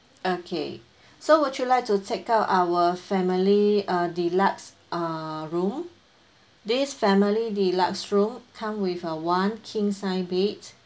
okay so would you like to check out our family uh deluxe uh room this family deluxe room come with a one king size bed